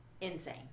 insane